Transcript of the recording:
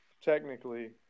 technically